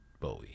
bowie